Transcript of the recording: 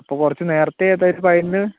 അപ്പോൾ കുറച്ച് നേരത്തെയെത്താം ഒരു പതിനൊന്ന്